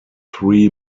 three